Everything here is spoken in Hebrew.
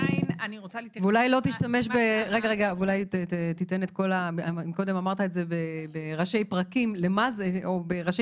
קודם אמרת בראשי תיבות למה זה.